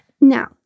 Now